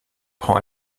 prend